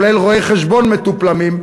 כולל רואי-חשבון מדופלמים,